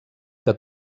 que